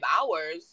hours